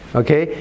okay